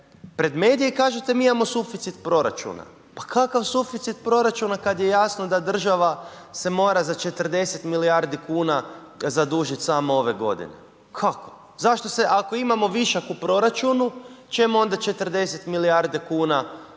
pred medije i kažete mi imamo suficit proračuna. Pa kakav suficit proračuna kad je jasno da država se mora za 40 milijardi kuna zadužit samo ove godine? Kako? Zašto se, ako imamo višak u proračunu čemu onda 40 milijarde kuna država